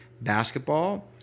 basketball